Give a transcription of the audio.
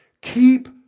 Keep